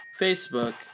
Facebook